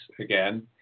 again